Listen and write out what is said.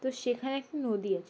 তো সেখানে একটি নদী আছে